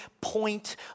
point